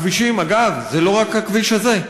הכבישים, אגב, זה לא רק הכביש הזה,